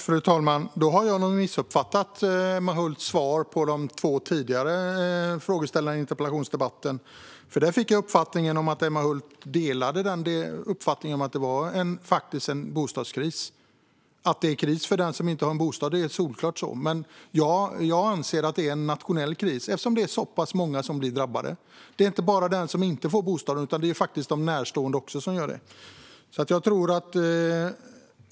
Fru talman! Då har jag nog missuppfattat Emma Hults svar till de två tidigare frågeställarna i interpellationsdebatten. Jag fick intrycket att Emma Hult delar uppfattningen att det är bostadskris. Att det är kris för den som inte har en bostad är solklart. Men jag anser att det är en nationell kris eftersom det är så pass många som drabbas. Det är inte bara den som inte får bostad, utan det är faktiskt också de närstående.